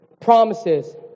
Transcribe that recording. promises